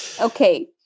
Okay